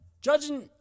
judging